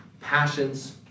passions